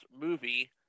movie